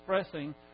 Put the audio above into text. expressing